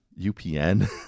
UPN